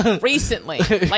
Recently